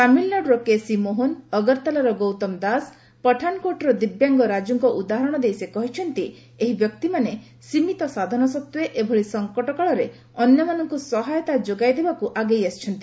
ତାମିଲନାଡ଼ୁର କେସି ମୋହନ ଅଗରତାଲାର ଗୌତମ ଦାସ ପଠାଶକୋଟର ଦିବ୍ୟାଙ୍ଗ ରାଜୁଙ୍କ ଉଦାହରଣ ଦେଇ ସେ କହିଛନ୍ତି ଏହି ବ୍ୟକ୍ତିମାନେ ସୀମିତ ସାଧନ ସତ୍ୱେ ଏଭଳି ସଂକଟକାଳରେ ଅନ୍ୟମାନଙ୍କୁ ସହାୟତା ଯୋଗାଇ ଦେବାକୁ ଆଗେଇ ଆସିଛନ୍ତି